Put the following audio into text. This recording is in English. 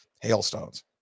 hailstones